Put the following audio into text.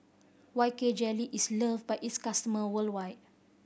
K Y Jelly is love by its customers worldwide